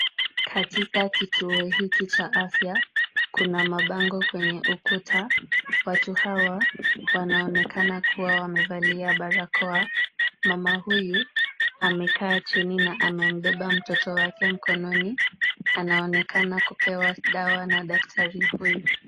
Katika kituo hiki cha afya, kuna mabango kwenye ukuta. Watu hawa wanaonekana kuwa wamevalia barakoa. Mama huyu amekaa chini na amembeba mtoto wake mkononi. Anaonekana kupewa dawa na daktari huyu.